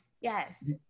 Yes